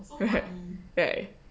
right right